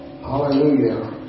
Hallelujah